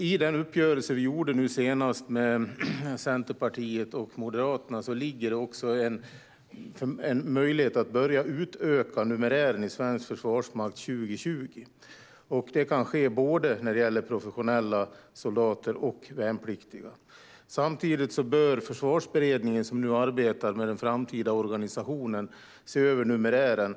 I den uppgörelse vi gjorde senast med Centerpartiet och Moderaterna ligger också en möjlighet att börja utöka numerären i svensk försvarsmakt 2020. Det kan ske när det gäller både professionella soldater och värnpliktiga. Samtidigt bör Försvarsberedningen, som nu arbetar med den framtida organisationen, se över numerären.